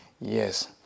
yes